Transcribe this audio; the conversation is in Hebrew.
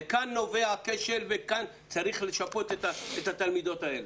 וכאן נובע הכשל וכאן צריך לשפות את התלמידות האלה.